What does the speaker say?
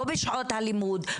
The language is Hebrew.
לא בשעות הלימוד,